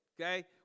okay